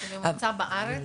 ממוצע בארץ?